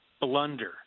blunder